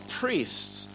priests